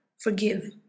forgive